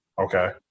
Okay